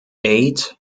eight